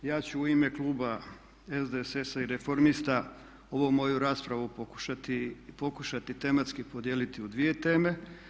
Ja ću u ime kluba SDSS-a i Reformista ovu moju raspravu pokušati tematski podijeliti u dvije teme.